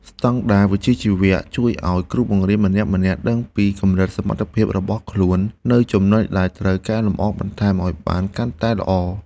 ស្តង់ដារវិជ្ជាជីវៈជួយឱ្យគ្រូបង្រៀនម្នាក់ៗដឹងពីកម្រិតសមត្ថភាពរបស់ខ្លួននិងចំណុចដែលត្រូវកែលម្អបន្ថែមឱ្យបានកាន់តែល្អ។